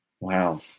Wow